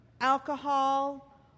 alcohol